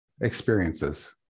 experiences